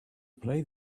play